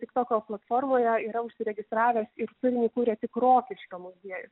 tik toko platformoje yra užsiregistravęs ir turinį kuria tik rokiškio muziejus